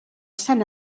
sant